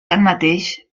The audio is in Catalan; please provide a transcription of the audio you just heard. tanmateix